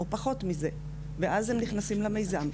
או פחות מזה ואז הם נכנסים למיזם,